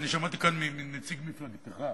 ואני שמעתי כאן מנציג מפלגתך,